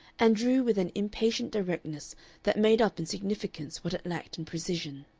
and drew with an impatient directness that made up in significance what it lacked in precision.